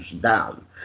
down